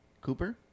Cooper